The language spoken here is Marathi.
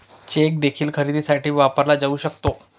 चेक देखील खरेदीसाठी वापरला जाऊ शकतो